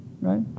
right